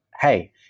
hey